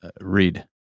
read